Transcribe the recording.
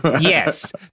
yes